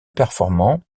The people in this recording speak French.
performant